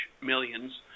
millions